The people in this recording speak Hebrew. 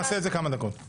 הצבעה בעד הצעת הוועדה פה